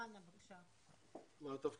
אדוני,